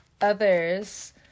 others